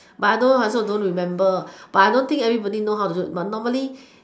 but I don't I also don't remember but I don't think everybody know how to do but normally